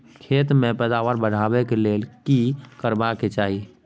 खेत के पैदावार बढाबै के लेल की करबा के चाही?